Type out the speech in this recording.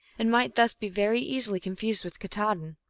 and might thus be very easily confused with katahdin.